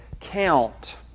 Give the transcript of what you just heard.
count